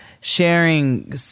sharing